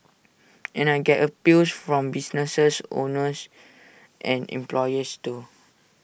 and I get appeals from businesses owners and employers too